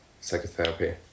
psychotherapy